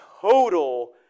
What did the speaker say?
total